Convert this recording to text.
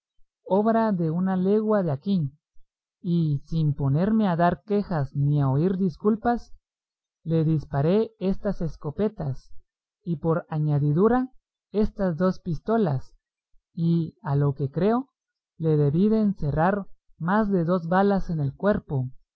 obra de una legua de aquí y sin ponerme a dar quejas ni a oír disculpas le disparé estas escopetas y por añadidura estas dos pistolas y a lo que creo le debí de encerrar más de dos balas en el cuerpo